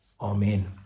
Amen